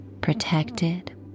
Protected